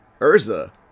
Urza